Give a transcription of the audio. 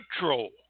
neutral